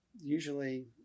Usually